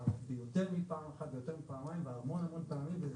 ויותר מפעם אחת ויותר מפעמיים, המון פעמים.